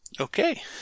Okay